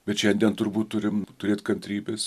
bet šiandien turbūt turim turėt kantrybės